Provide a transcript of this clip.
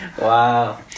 Wow